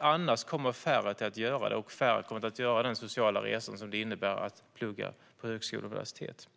Annars kommer färre att göra den, och färre kommer att göra den sociala resa som det innebär att plugga på högskola och universitet.